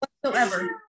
whatsoever